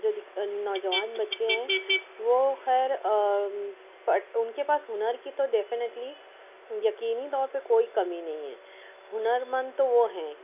جو نوجوان بچے ہیں وہ خیر بٹ اُن کے پاس ہُنر کی تو ڈیفینیٹلی یقینی طور پہ تو کوئی کمی نہیں ہے ہُنر مند تو وہ ہیں